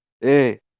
Hey